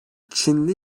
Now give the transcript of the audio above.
çinli